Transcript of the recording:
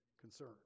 concern